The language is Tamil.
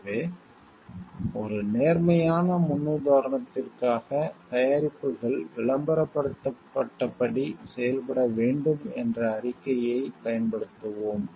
எனவே ஒரு நேர்மறையான முன்னுதாரணத்திற்காக தயாரிப்புகள் விளம்பரப்படுத்தப்பட்டபடி செயல்பட வேண்டும் என்ற அறிக்கையைப் பயன்படுத்துவோம்